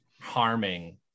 harming